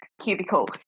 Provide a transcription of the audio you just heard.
cubicle